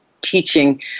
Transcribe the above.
teaching